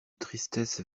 tristesse